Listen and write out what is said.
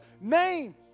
name